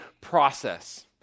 process